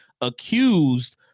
accused